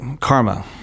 Karma